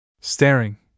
Staring